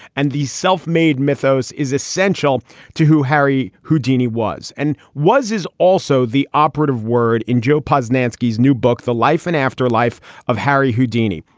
and these self-made mythos is essential to who harry houdini was and was is also the operative word in joe posnanski new book, the life and afterlife of harry houdini.